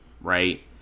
right